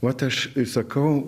ot aš sakau